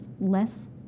less